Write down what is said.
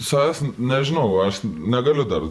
savęs nežinau aš negaliu dar